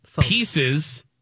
pieces